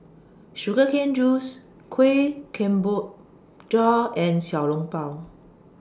Sugar Cane Juice Kueh Kemboja and Xiao Long Bao